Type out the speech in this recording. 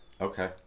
Okay